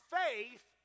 faith